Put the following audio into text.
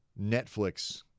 Netflix